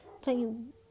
playing